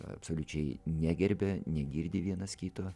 absoliučiai negerbia negirdi vienas kito